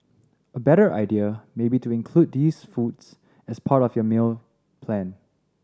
a better idea may be to include these foods as part of your meal plan